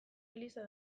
eliza